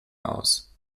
aus